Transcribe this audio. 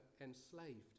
enslaved